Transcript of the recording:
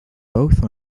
both